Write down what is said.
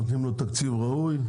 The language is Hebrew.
נותנים לו תקציב ראוי,